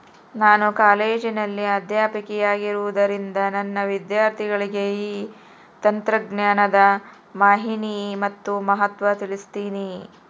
ನಾನು ಕಾಲೇಜಿನಲ್ಲಿ ಅಧ್ಯಾಪಕಿಯಾಗಿರುವುದರಿಂದ ನನ್ನ ವಿದ್ಯಾರ್ಥಿಗಳಿಗೆ ಈ ತಂತ್ರಜ್ಞಾನದ ಮಾಹಿನಿ ಮತ್ತು ಮಹತ್ವ ತಿಳ್ಸೀನಿ